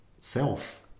self